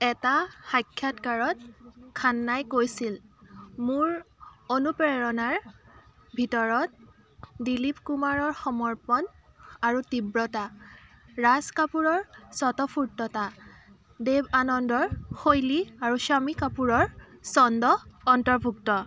এটা সাক্ষাৎকাৰত খান্নাই কৈছিল মোৰ অনুপ্ৰেৰণাৰ ভিতৰত দিলীপ কুমাৰৰ সমৰ্পণ আৰু তীব্ৰতা ৰাজ কাপুৰৰ স্বতঃস্ফূৰ্ততা দেৱ আনন্দৰ শৈলী আৰু শম্মী কাপুৰৰ ছন্দ অন্তৰ্ভুক্ত